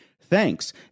Thanks